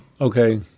Okay